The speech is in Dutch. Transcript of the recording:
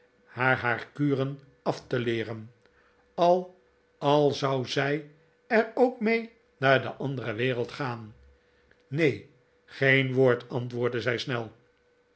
haar haar kuren af te leeren al al zou zij er ook mee naar de andere wereld gaan neen geen woord antwoordde zij snel